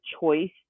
choice